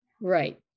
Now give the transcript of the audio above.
Right